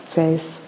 face